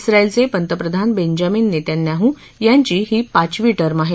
जिरायलचे पंतप्रधान Benjamin Netanyahu यांची ही पाचवी टर्म आहे